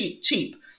cheap